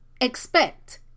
expect